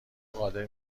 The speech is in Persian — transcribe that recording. قادر